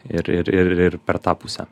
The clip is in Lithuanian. ir ir ir ir per tą pusę